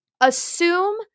assume